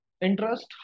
interest